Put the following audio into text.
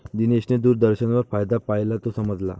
दिनेशने दूरदर्शनवर फायदा पाहिला, तो समजला